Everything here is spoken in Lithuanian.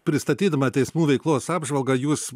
pristatydama teismų veiklos apžvalgą jūs